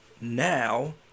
Now